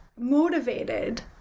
motivated